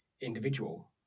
individual